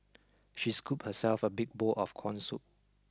she scooped herself a big bowl of corn soup